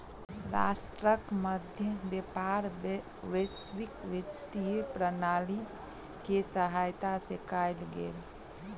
राष्ट्रक मध्य व्यापार वैश्विक वित्तीय प्रणाली के सहायता से कयल गेल